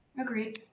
Agreed